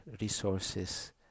resources